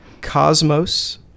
Cosmos